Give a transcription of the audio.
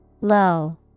Low